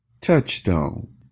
Touchstone